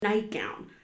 nightgown